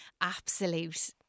absolute